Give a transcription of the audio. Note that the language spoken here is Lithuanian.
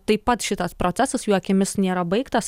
taip pat šitas procesas jų akimis nėra baigtas